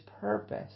purpose